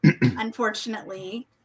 unfortunately